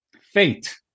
Fate